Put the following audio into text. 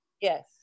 yes